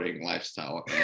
Lifestyle